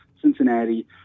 Cincinnati